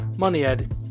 MoneyEd